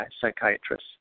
psychiatrist